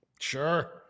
Sure